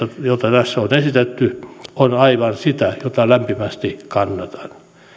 joita tässä on esitetty on aivan sitä mitä lämpimästi kannatan